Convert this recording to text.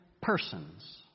persons